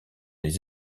les